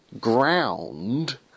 ground